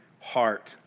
heart